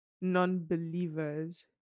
non-believers